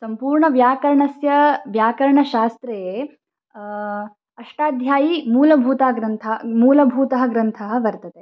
सम्पूर्णव्याकरणस्य व्याकरणशास्त्रे अष्टाध्यायी मूलभूतः ग्रन्थः मूलभूतः ग्रन्थः वर्तते